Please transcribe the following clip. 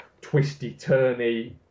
twisty-turny